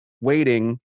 waiting